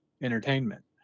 entertainment